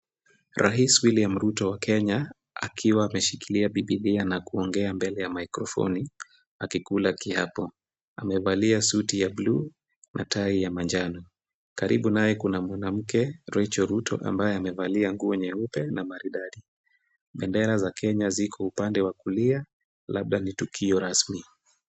Rais William Ruto wa Kenya akiwa ameshikilia Biblia na kuongea mbele ya mikrofoni akikula kiapo. Amevalia suti ya bluu na tai ya manjano. Karibu naye kuna mwanamke Rachel Ruto ambaye amevalia nguo nyeupe na maridadi. Bendera za Kenya ziko upande wa kulia labda ni tukio rasmi.